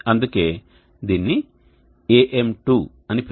అందుకే దీన్ని AM2 అని పిలుస్తాము